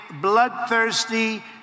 bloodthirsty